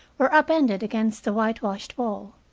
were up-ended against the whitewashed wall.